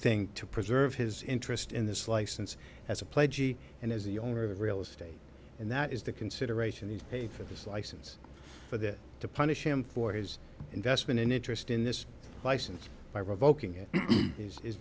thing to preserve his interest in this license as a pledge and as the owner of real estate and that is the consideration pay for his license for this to punish him for his investment in interest in this license by revoking it is